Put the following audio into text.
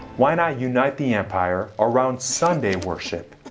why not unite the empire around sunday worship?